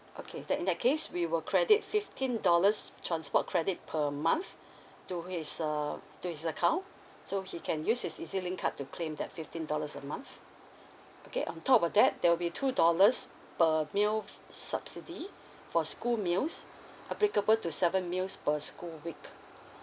okay then in that case we will credit fifteen dollars transport credit per month to his uh to his account so he can use his ezlink card to claim that fifteen dollars a month okay on top of that there will be two dollars per meal subsidy for school meals applicable to seven meals per school week